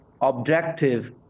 objective